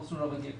המסלול הרגיל.